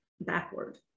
backward